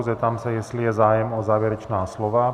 Zeptám se, jestli je zájem o závěrečná slova.